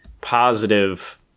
positive